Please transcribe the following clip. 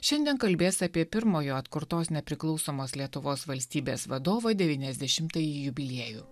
šiandien kalbės apie pirmojo atkurtos nepriklausomos lietuvos valstybės vadovo devyniasdešimtąjį jubiliejų